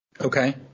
Okay